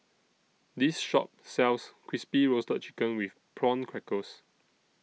This Shop sells Crispy Roasted Chicken with Prawn Crackers